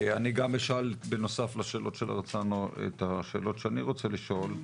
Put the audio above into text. אני גם אשאל בנוסף לשאלות של הרצנו את השאלות שאני רוצה לשאול,